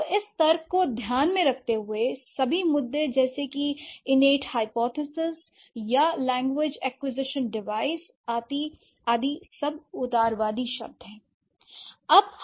तो इस तर्क को ध्यान में रखते हुए सभी मुद्दे जैसे कि इननेट हाइपोथेसिस या लैंग्वेज एक्विजिशन डिवाइस आदि उदारवादी शब्द हैं